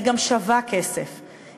היא גם שווה כסף,